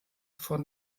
von